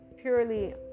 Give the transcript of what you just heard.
purely